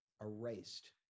erased